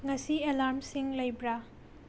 ꯉꯁꯤ ꯑꯦꯂꯥꯔ꯭ꯃꯁꯤꯡ ꯂꯩꯕ꯭ꯔꯥ